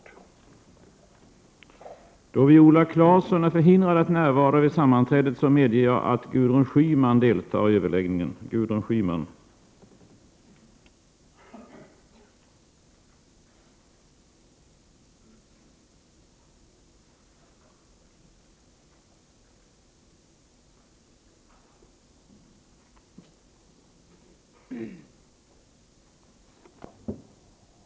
Då Viola Claesson, som framställt frågan, anmält att hon var förhindrad att närvara vid sammanträdet, medgav talmannen att Gudrun Schyman i stället fick delta i överläggningen.